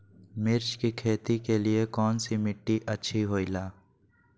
मिर्च की खेती के लिए कौन सी मिट्टी अच्छी होईला?